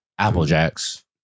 Applejacks